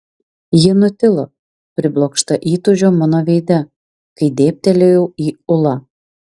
ji nutilo priblokšta įtūžio mano veide kai dėbtelėjau į ulą